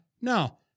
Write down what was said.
No